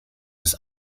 des